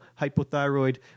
hypothyroid